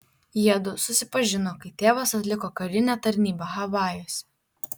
jiedu susipažino kai tėvas atliko karinę tarnybą havajuose